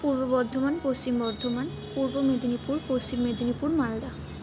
Purba Bardhaman Paschim Bardhaman Purba Medinipur Paschim Medinipur Malda